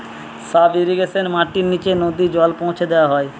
sub ইর্রিগেশনে মাটির নিচে নদী জল পৌঁছা দেওয়া হয়